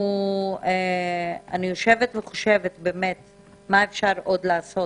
אני יושבת וחושבת מה עוד אפשר לעשות.